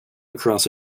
across